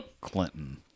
Clinton